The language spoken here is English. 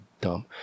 dumb